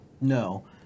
No